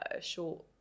short